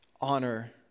honor